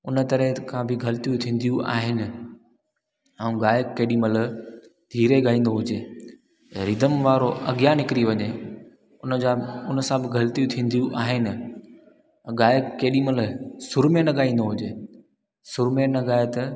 हुन तरह खां बि ग़लतियूं थींदियूं आहिनि ऐं गायक केॾी महिल धीरे ॻाईंदो हुजे रिधम वारो अॻियां निकिरी वञे हुनजा हुन सां बि ग़लतियूं थींदियूं आहिनि गायक केॾी महिल सुर में न ॻाईंदो हुजे सुर में न ॻाए त